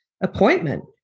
appointment